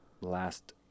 last